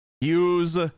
use